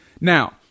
Now